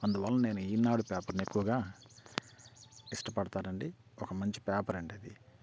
అందువల్ల నేను ఈనాడు పేపర్ని ఎక్కువగా ఇష్టపడతానండి ఒక మంచి పేపర్ అండి అది